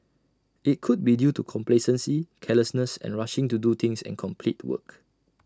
IT could be due to complacency carelessness and rushing to do things and complete work